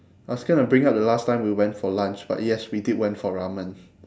I was gonna bring up the last time we went for lunch but yes we did went for ramen